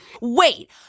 Wait